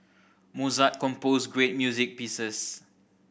Mozart composed great music pieces